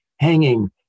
hanging